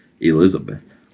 Elizabeth